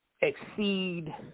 exceed